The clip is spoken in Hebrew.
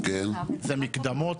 זה מקדמות,